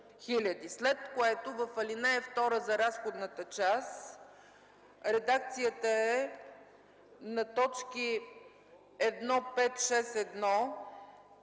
След което в ал. 2 за разходната част редакцията е на т. 1.5.6.1.,